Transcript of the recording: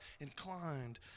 inclined